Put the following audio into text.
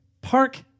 Park